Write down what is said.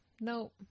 No